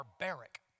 barbaric